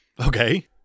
Okay